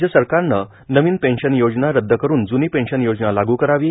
राज्य सरकारने नवीन पेन्शन योजना रद्द करून जूनी पेन्शन योजना लागू करावी